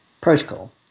protocol